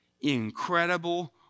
Incredible